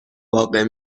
واقع